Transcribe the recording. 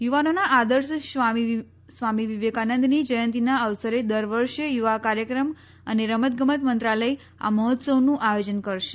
યુવાનોના આદર્શ સ્વામી વિવેકાનંદની જયંતીના અવસરે દર વર્ષે યુવા કાર્યક્રમ અને રમત ગમત મંત્રાલય આ મહોત્સવનું આયોજન કરે છે